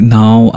now